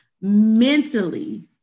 mentally